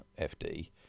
FD